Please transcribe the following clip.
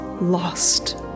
lost